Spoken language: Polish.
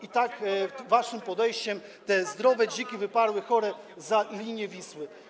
I tak z waszym podejściem te zdrowe dziki wyparły chore za linię Wisły.